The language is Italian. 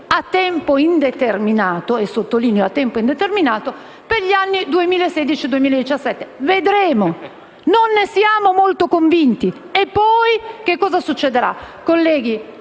indeterminato - per gli anni 2016 e 2017. Vedremo, non ne siamo molto convinti. E poi, che cosa succederà?